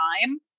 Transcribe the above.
time